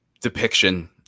depiction